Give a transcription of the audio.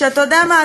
ש-אתה יודע מה,